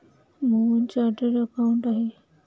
Mohan chartered accountant आहेत